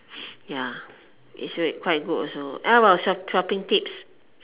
ya it's really quite good also what about shopping shopping tips